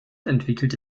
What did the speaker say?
entwickelte